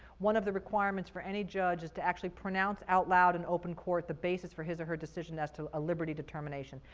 one of the requirements for any judge is to actually pronounce out loud in open court the basis for his or decision as to a liberty determination.